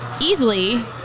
easily